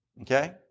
Okay